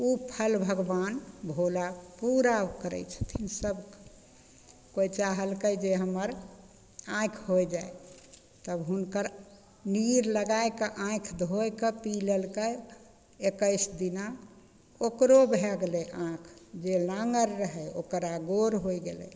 ओ फल भगवान भोला पूरा करै छथिन सभके कोइ चाहलकै जे हमर आँखि होइ जाइ तब हुनकर नीर लगैके आँखि धोइके पी लेलकै एकैस दिना ओकरो भै गेलै आँखि जे नाङ्गर रहै ओकरा गोड़ होइ गेलै